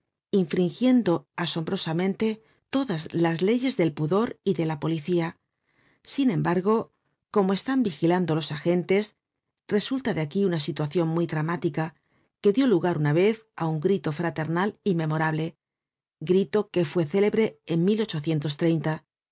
infringiendo asombrosamente todas las leyes del pudor y de la policía sin embargo como están vigilando los agentes resulta de aquí una situacion muy dramática que dió lugar una vez á un grito fraternal y memorable grito que fue célebre en y